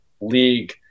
league